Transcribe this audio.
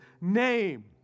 name